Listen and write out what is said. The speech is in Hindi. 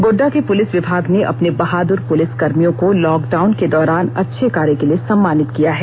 गोड्डा के पुर्लिस विभाग ने अपने बहादुर पुलिसकर्भियों को लॉकडाउनर के दौरान अच्छे कार्य के लिए सम्मानित किया है